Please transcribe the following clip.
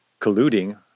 colluding